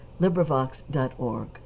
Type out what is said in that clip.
LibriVox.org